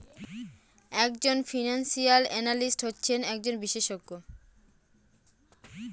এক জন financial analyst হচ্ছেন একজন বিশেষজ্ঞ